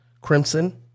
crimson